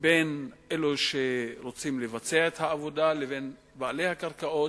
בין אלה שרוצים לבצע את העבודה לבין בעלי הקרקעות,